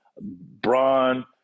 Braun